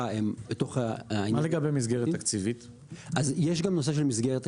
הם בתוך --- מה לגבי מסגרת תקציבית?